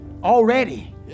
Already